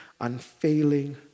unfailing